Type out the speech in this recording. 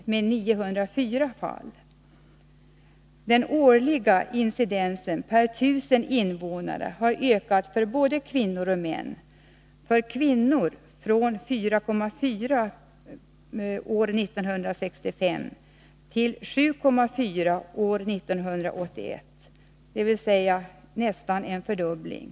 Det årliga antalet incidenter per 1000 invånare har ökat för både kvinnor och män — för kvinnor från 4,4 fall per år 1965 till 7,4 år 1981, dvs. en fördubbling.